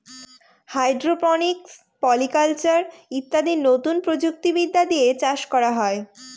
hydroponics, polyculture ইত্যাদি নতুন প্রযুক্তি বিদ্যা দিয়ে চাষ করা হয়